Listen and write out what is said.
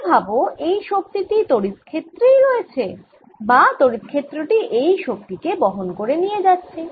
এবার ভাব এই শক্তি টি তড়িৎ ক্ষেত্রেই রয়েছে বা তড়িৎ ক্ষেত্র টি এই শক্তি কে বহন করে নিয়ে যাচ্ছে